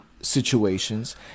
situations